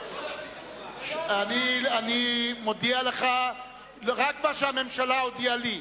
אני מודיע לך רק מה שהממשלה הודיעה לי,